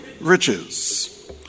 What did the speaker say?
riches